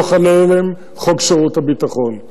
לא חל עליהם חוק שירות ביטחון,